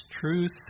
truth